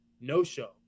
no-show